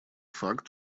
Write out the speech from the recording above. факт